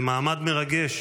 במעמד מרגש